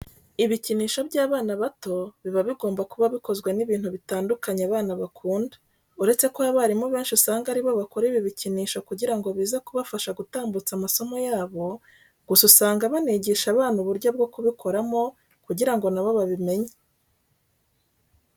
Ibikinisho by'abana bato biba bigomba kuba bikozwe n'ibintu bitandukanye abana bakunda. Uretse ko abarimu benshi usanga ari bo bakora ibi bikinisho kugira ngo bize kubafasha gutambutsa amasomo yabo, gusa usanga banigisha abana uburyo bwo kubikoramo kugira ngo na bo babimenye.